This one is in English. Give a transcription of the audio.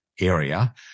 area